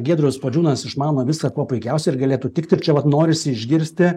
giedrius puodžiūnas išmano visą kuo puikiausiai ir galėtų tikti ir čia vat norisi išgirsti